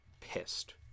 pissed